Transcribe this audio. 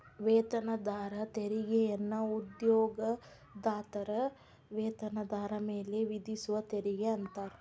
ವೇತನದಾರ ತೆರಿಗೆಯನ್ನ ಉದ್ಯೋಗದಾತರ ವೇತನದಾರ ಮೇಲೆ ವಿಧಿಸುವ ತೆರಿಗೆ ಅಂತಾರ